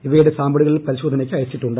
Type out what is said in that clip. ഇവയുടെ സാമ്പിളുകൾ പരിശോധനയ്ക്ക് അയച്ചിട്ടുണ്ട്